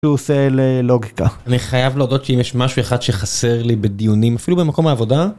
עושה ללוגיקה, אני חייב להודות שאם יש משהו אחד שחסר לי בדיונים, אפילו במקום העבודה.